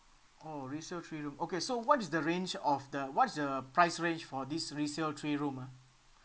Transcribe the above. oh resale three room okay so what is the range of the what is the price range for this resale three room ah